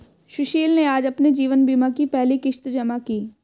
सुशील ने आज अपने जीवन बीमा की पहली किश्त जमा की